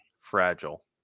fragile